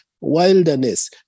wilderness